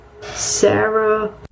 Sarah